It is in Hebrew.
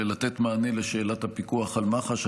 לתת מענה לשאלת הפיקוח על מח"ש.